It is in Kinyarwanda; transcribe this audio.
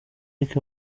luc